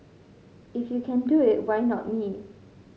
if you can do it why not me